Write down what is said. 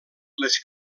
les